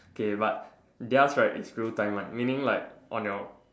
okay but theirs right is real time one meaning like on your